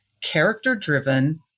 character-driven